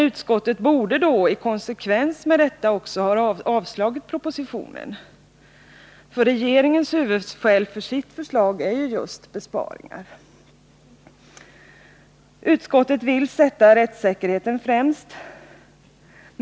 Utskottet borde i konsekvens med detta ha avstyrkt propositionen. Regeringens huvudskäl för sitt förslag är ju just besparingar. Utskottet vill sätta rättssäkerheten främst.